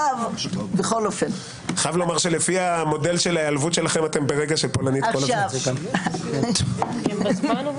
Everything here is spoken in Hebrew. אני חייב לומר שלפי המודל של ההיעלבות שלכם אתם ברגע של פולנית כל הזמן.